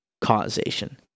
causation